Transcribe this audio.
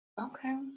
Okay